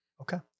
Okay